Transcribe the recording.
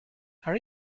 are